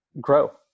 grow